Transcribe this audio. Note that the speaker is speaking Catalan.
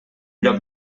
lloc